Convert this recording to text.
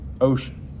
ocean